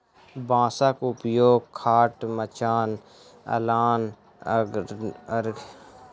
बाँसक उपयोग खाट, मचान, अलना, अरगनी इत्यादि बनबै मे कयल जाइत छै